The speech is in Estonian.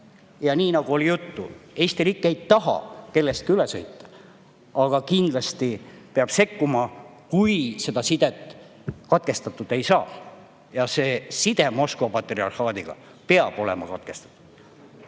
Nii nagu juttu oli, Eesti riik ei taha kellestki üle sõita, aga kindlasti peab sekkuma, kui seda sidet katkestatud ei saada. Side Moskva patriarhaadiga peab olema katkestatud,